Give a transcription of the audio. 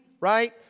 right